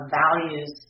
values